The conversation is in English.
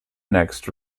next